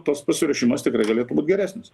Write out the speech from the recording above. tas pasiruošimas tikrai galėtų būt geresnis